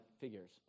figures